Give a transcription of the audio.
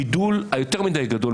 הבידול היותר מדי גדול,